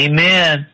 Amen